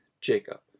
Jacob